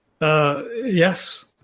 Yes